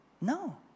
No